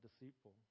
deceitful